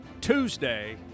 Tuesday